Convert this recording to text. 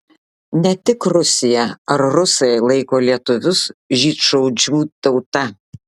ne tik rusija ar rusai laiko lietuvius žydšaudžių tauta